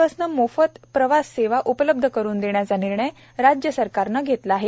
बसनं मोफत बस प्रवास सेवा उपलब्ध करून देण्याचा निर्णय राज्य सरकारनं घेतला आहे